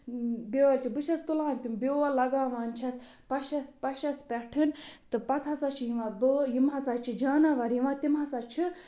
بیٛٲلۍ چھُ بہٕ چھَس تُلان تِم بیول لَگاوان چھَس پَشَس پَشَس پٮ۪ٹھ تہٕ پَتہٕ ہسا چھِ یِوان بٲ یِم ہسا چھِ جاناور یِوان تِم ہسا چھِ